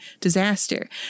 disaster